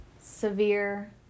severe